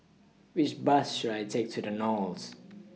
Which Bus should I Take to The Knolls